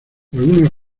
algunos